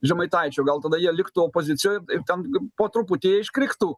žemaitaičio gal tada jie liktų opozicijoj ten po truputį jie iškriktų